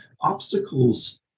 obstacles